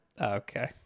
okay